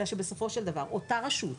אלא שבסופו של דבר אותה רשות,